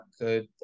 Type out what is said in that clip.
good